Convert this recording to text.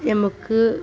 നമുക്ക്